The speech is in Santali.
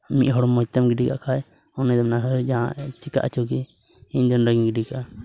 ᱢᱤᱫ ᱦᱚᱲ ᱢᱚᱡᱽ ᱛᱮᱢ ᱜᱤᱰᱤ ᱠᱟᱜ ᱠᱷᱟᱡ ᱩᱱᱤᱫᱚᱭ ᱢᱮᱱᱟ ᱦᱟᱹᱭ ᱡᱟᱦᱟᱸ ᱪᱤᱠᱟ ᱚᱪᱚᱜᱮ ᱤᱧ ᱫᱚ ᱱᱚᱰᱮᱜᱮᱧ ᱜᱤᱰᱤ ᱠᱟᱜᱼᱟ